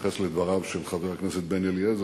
אתייחס לדבריו של חבר הכנסת בן-אליעזר,